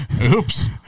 Oops